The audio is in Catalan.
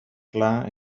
clar